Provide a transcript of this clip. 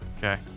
Okay